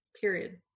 Period